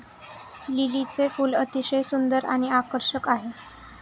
लिलीचे फूल अतिशय सुंदर आणि आकर्षक आहे